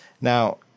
Now